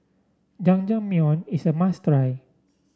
Jajangmyeon is a must try